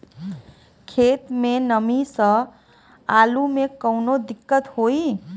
खेत मे नमी स आलू मे कऊनो दिक्कत होई?